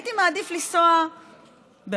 הייתי מעדיף לנסוע באוטובוס,